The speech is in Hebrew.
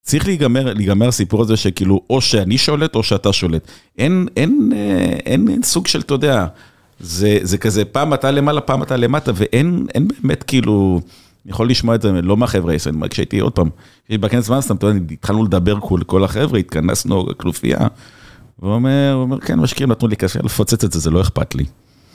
צריך להגמר סיפור הזה שכאילו, או שאני שולט, או שאתה שולט. אין סוג של אתה יודע. זה כזה פעם אתה למעלה, פעם אתה למטה, ואין באמת כאילו... אני יכול לשמוע את זה, לא מהחבר'ה , כשהייתי עוד פעם, כשהייתי בכנס וואנסטרנט, התחלנו לדבר כל החבר'ה, התכנסנו כנופיה, והוא אומר, כן, משקיעים נתנו לי כסף לפוצץ את זה, זה לא אכפת לי.